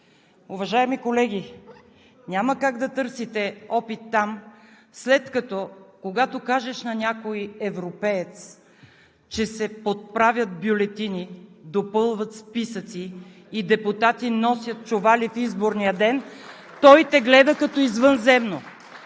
Уважаеми колеги, няма как да търсите опит там, след като, когато кажеш на някой европеец, че се подправят бюлетини, допълват списъци и депутати носят чували в изборния ден, той те гледа като извънземно.